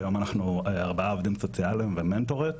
כיום אנחנו ארבעה עובדים סוציאליים ומנטורית